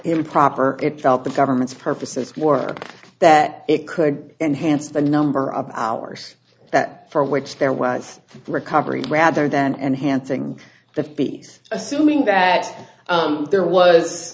improper it felt the government's purposes were that it could enhance the number of hours that for which there was recovery rather than enhancing the peace assuming that there was